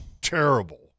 terrible